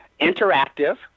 interactive